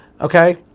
Okay